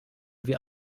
wir